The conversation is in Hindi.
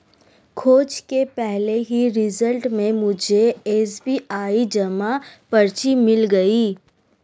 खोज के पहले ही रिजल्ट में मुझे एस.बी.आई जमा पर्ची मिल गई